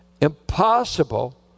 impossible